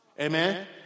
Amen